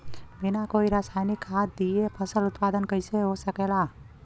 बिना कोई रसायनिक खाद दिए फसल उत्पादन कइसे हो सकेला?